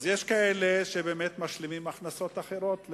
אז יש כאלה שבאמת משלימים הכנסות אחרות,